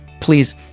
Please